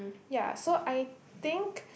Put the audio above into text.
ya so I think